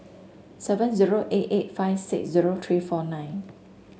seven zero eight eight five six zero three four nine